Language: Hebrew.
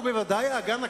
ובוודאי האגן הקדוש,